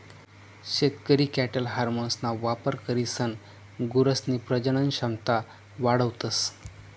शेतकरी कॅटल हार्मोन्सना वापर करीसन गुरसनी प्रजनन क्षमता वाढावतस